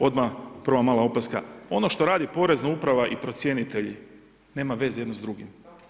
Odmah prvo mala opaska, ono što radi Porezna uprava i procjenitelji, nema veze jedno s drugim.